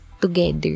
together